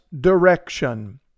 direction